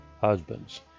husbands